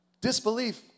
Disbelief